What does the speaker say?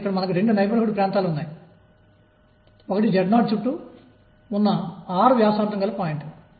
కాబట్టి మనం కలిగి ఉన్నది చర్య ఇది 22mE